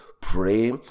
pray